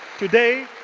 today,